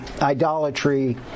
idolatry